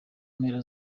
mpera